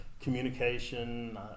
Communication